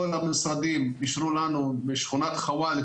כל המשרדים אישרו לנו להעביר לנו בשכונת חו'ואל,